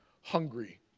hungry